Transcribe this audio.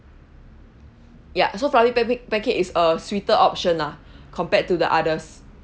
ya so fluffy pan~ pancake is a sweeter option lah compared to the others